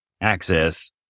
access